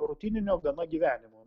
rutininio gana gyvenimo